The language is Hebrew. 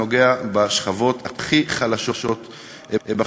אתה נוגע בשכבות הכי חלשות בחברה,